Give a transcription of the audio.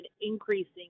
increasing